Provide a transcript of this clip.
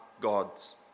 God's